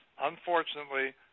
unfortunately